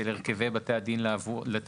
של הרכבי בית הדין לתעבורה,